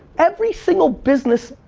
every single business,